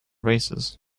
races